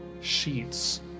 sheets